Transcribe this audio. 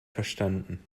verstanden